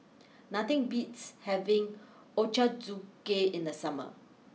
nothing beats having Ochazuke in the summer